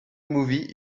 movie